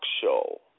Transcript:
show